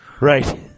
Right